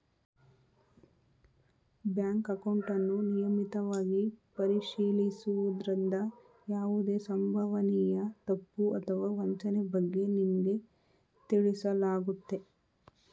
bank ಅಕೌಂಟನ್ನು ನಿಯಮಿತವಾಗಿ ಪರಿಶೀಲಿಸುವುದ್ರಿಂದ ಯಾವುದೇ ಸಂಭವನೀಯ ತಪ್ಪು ಅಥವಾ ವಂಚನೆ ಬಗ್ಗೆ ನಿಮ್ಗೆ ತಿಳಿಸಲಾಗುತ್ತೆ